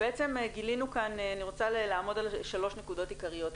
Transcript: אני רוצה לעמוד על שלוש נקודות עיקריות.